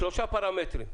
שלושה פרמטרים.